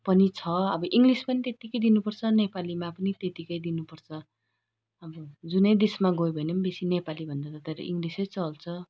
पनि छ अब इङ्गलिस पनि त्यत्तिकै दिनुपर्छ नेपालीमा पनि त्यत्तिकै दिनुपर्छ अब जुनै देशमा गए भने पनि बेसी नेपालीभन्दा त तर इङ्गलिसै चल्छ